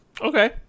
Okay